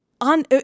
on